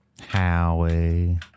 howie